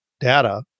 data